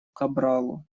кабралу